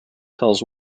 tells